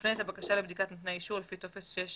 תפנה את הבקשה לבדיקת נותני האישור לפי טופס 6 שבתוספת.